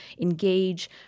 Engage